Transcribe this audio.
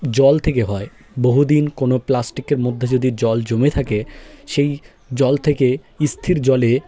জল থেকে হয় বহুদিন কোনো প্লাস্টিকের মধ্যে যদি জল জমে থাকে সেই জল থেকে স্থির জলে